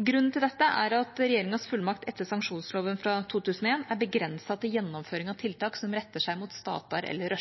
Grunnen til dette er at regjeringas fullmakt etter sanksjonsloven fra 2001 er begrenset til gjennomføring av tiltak som retter seg mot «statar eller